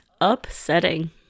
Upsetting